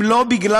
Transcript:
אם לא בגלל,